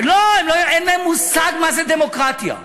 אין להם מושג מה זה דמוקרטיה.